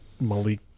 Malik